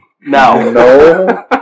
No